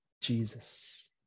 Jesus